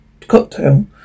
cocktail